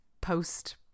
post